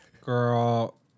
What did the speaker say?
Girl